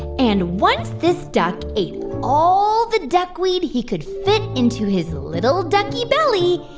and once this duck ate all the duckweed he could fit into his little ducky belly,